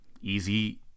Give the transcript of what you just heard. easy